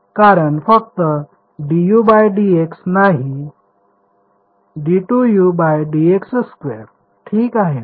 कारण फक्त dudx नाही d2udx2 ठीक आहे